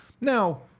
Now